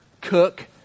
Cook